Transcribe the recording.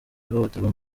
ihohoterwa